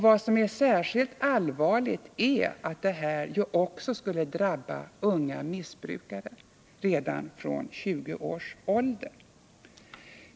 Vad som är särskilt allvarligt är att detta också skulle drabba unga missbrukare redan från 20 års ålder.